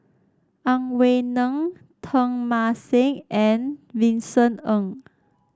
Ang Wei Neng Teng Mah Seng and Vincent Ng